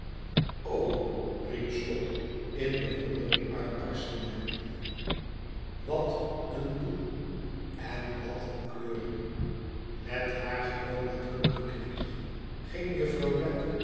riep slop in bewondering uitbarstende wat een boel en wat een kleur met haar gewoon nadrukkelijk knikje ging juffrouw